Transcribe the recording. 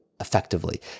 effectively